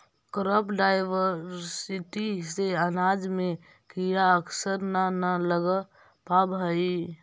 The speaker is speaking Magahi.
क्रॉप डायवर्सिटी से अनाज में कीड़ा अक्सर न न लग पावऽ हइ